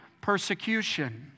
persecution